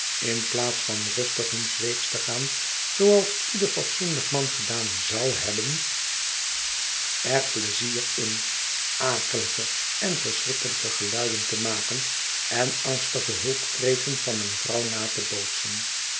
heeren inplaats van rustig huns weegs te gaan zooals ieder fatsoenlijk man gedaan zou hebben er pleizier in akelige en verschrikkelijke geluiden te maken en angstige hulpkreten van een vrouw na te bootsen